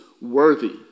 worthy